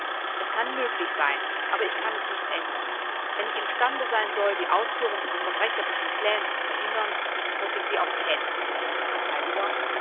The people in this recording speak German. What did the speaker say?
es kann möglich sein aber ich kann es nicht ändern wenn ich imstande sein soll die ausführung von verbrecherischen plänen zu verhindern muß ich sie auch kennen